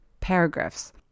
paragraphs